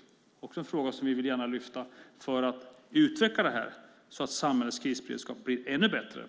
Det är också en fråga som vi gärna vill lyfta fram så att samhällets krisberedskap blir ännu bättre.